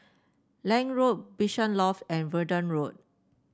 Lange Road Bishan Loft and Verdun Road